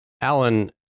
Alan